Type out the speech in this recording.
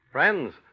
Friends